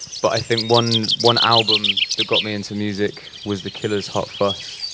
but i think one one album that got me into music was the killers' hot fuzz.